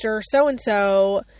So-and-so